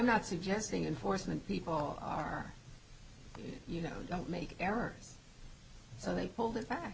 not suggesting enforcement people are you know don't make errors so they pulled it back